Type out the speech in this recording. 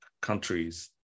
countries